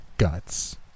Guts